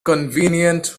convenient